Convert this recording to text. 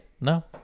No